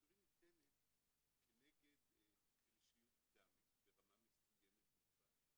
אספירין ניתנת כנגד קרישיות דם ברמה מסוימת בלבד,